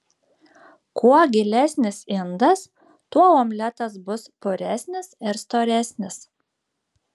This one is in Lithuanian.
kuo gilesnis indas tuo omletas bus puresnis ir storesnis